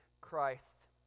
Christ